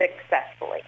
successfully